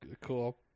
Cool